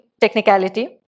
technicality